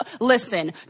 Listen